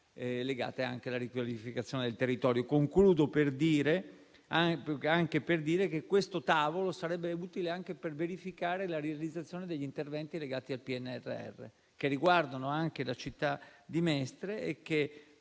legate anche alla riqualificazione del territorio. Concludo dicendo che questo tavolo sarebbe utile anche per verificare la realizzazione degli interventi legati al PNRR, riguardanti anche la città di Mestre e che